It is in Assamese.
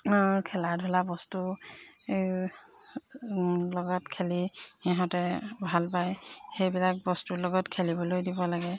খেলা ধূলা বস্তু লগত খেলি সিহঁতে ভাল পায়সেইবিলাক বস্তুৰ লগত খেলিবলৈ দিব লাগে